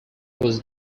was